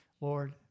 Lord